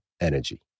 Energy